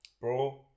bro